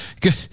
Good